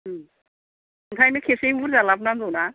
बेनिखायनो खेबसेयैनो बुरजा लाबोनांगौ ना